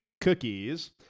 cookies